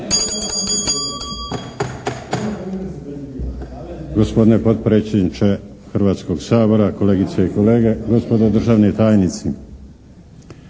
Gospodine potpredsjedniče Hrvatskog sabora, kolegice i kolege, gospodo državni tajnici.